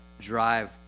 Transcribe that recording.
drive